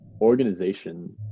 organization